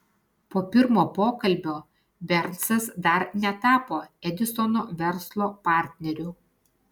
po pirmo pokalbio bernsas dar netapo edisono verslo partneriu